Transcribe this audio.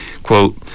Quote